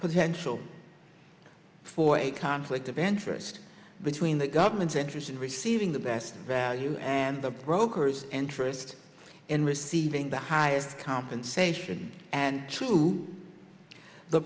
potential for a conflict of interest between the government's interest in receiving the best value and the broker's interest in receiving the higher compensation and to the